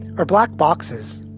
are black boxes.